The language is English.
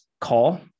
call